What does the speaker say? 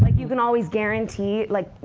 like you can always guarantee like,